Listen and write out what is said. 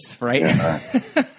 right